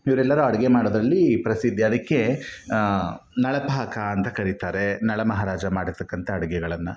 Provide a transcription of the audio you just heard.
ಇವರೆಲ್ಲರೂ ಅಡುಗೆ ಮಾಡೋದರಲ್ಲಿ ಪ್ರಸಿದ್ಧಿ ಅದಕ್ಕೆ ನಳಪಾಕ ಅಂತ ಕರಿತಾರೆ ನಳ ಮಹಾರಾಜ ಮಾಡಿರ್ತಕ್ಕಂಥ ಅಡುಗೆಗಳನ್ನ